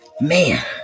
man